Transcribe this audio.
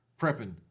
prepping